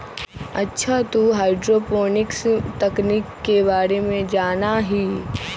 अच्छा तू हाईड्रोपोनिक्स तकनीक के बारे में जाना हीं?